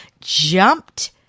jumped